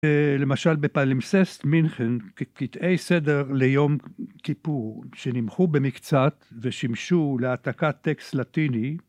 למשל בפלמססט מינכן קטעי סדר ליום כיפור שנמחו במקצת ושימשו להעתקת טקסט לטיני.